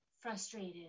Frustrated